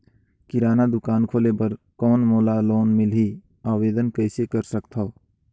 किराना दुकान खोले बर कौन मोला लोन मिलही? आवेदन कइसे कर सकथव?